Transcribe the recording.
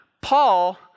Paul